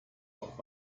auf